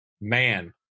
Man